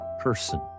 person